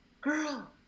girl